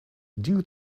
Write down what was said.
due